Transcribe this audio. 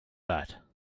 that